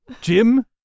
Jim